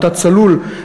עמותת "צלול",